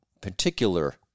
particular